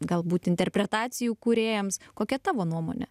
galbūt interpretacijų kūrėjams kokia tavo nuomonė